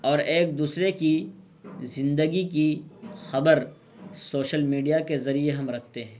اور ایک دوسرے کی زندگی کی خبر سوشل میڈیا کے ذریعے ہم رکھتے ہیں